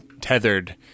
tethered